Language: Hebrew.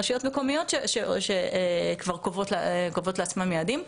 רשויות מקומיות שכבר קובעות לעצמן יעדים,